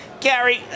Gary